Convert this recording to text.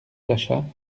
flachat